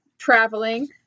Traveling